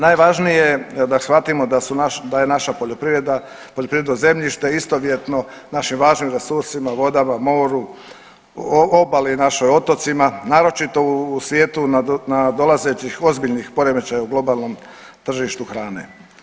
Najvažnije da shvatimo da je naša poljoprivreda, poljoprivredno zemljište istovjetno našim važnim resursima vodama, moru, obali našoj, otocima naročito u svijetu nadolazećih ozbiljnih poremećaja u globalnom tržištu hrane.